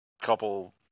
couple